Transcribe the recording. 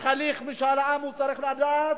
בהליך משאל עם צריך לדעת: